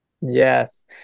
Yes